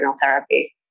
therapy